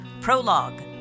Prologue